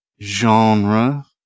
genre